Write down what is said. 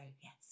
yes